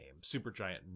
Supergiant